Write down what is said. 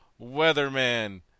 weatherman